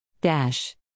Dash